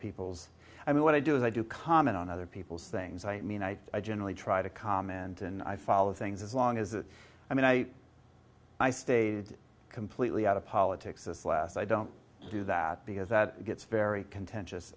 people's i mean what i do is i do comment on other people's things i mean i i generally try to comment and i follow things as long as it's i mean i i stayed completely out of politics as last i don't do that because that gets very contentious